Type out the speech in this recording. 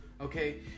Okay